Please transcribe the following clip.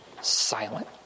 silent